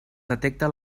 detecta